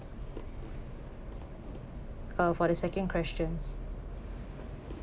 uh for the second questions